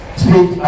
speak